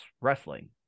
wrestling